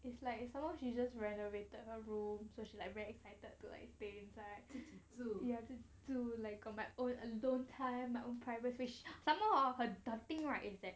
it's like someone she just renovated her room so she like very excited to like stay inside ya 自己住 like got my own alone time my own private fish somemore hor the thing is that